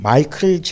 Michael